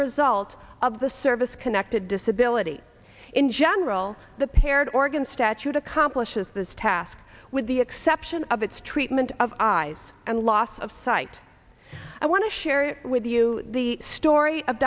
result of the service connected disability in general the paired organ statute accomplishes this task with the exception of its treatment of eyes and loss of sight i want to share with you the story of